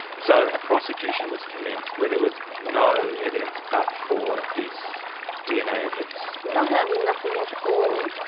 so a prosecution was commenced where there was no evidence but for this dna evidence. not only nothing at all,